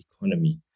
economy